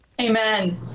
Amen